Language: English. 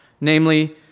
Namely